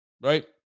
Right